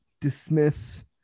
dismiss